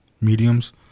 mediums